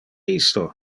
isto